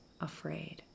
afraid